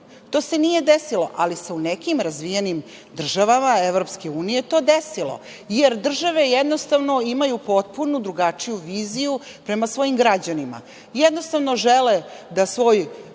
To se nije desilo ali se u nekim razvijenim državama Evropske unije to desilo jer države, jednostavno, imaju potpunu drugačiju viziju prema svojim građanima, jednostavno žele da svoj